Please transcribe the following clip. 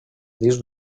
dins